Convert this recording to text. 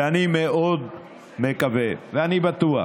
ואני מאוד מקווה ואני בטוח